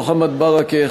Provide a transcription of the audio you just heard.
מוחמד ברכה,